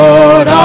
Lord